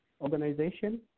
organization